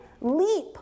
leap